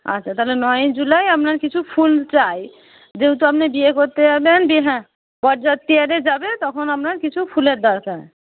আচ্ছা তাহলে নয়ই জুলাই আপনার কিছু ফুল চাই যেহেতু আপনি বিয়ে করতে যাবেন দিয়ে হ্যাঁ বরযাত্রীরা যে যাবে তখন আপনার কিছু ফুলের দরকার